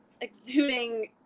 exuding